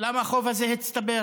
למה החוב הזה הצטבר.